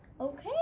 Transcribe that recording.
okay